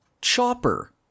Chopper